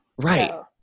Right